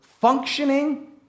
functioning